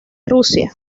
rusia